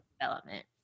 development